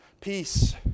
peace